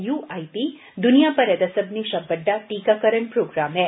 UIP दुनिया भरै दा सब्बने शा बड्डा टीकाकरण प्रोग्राम ऐ